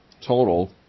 total